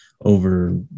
over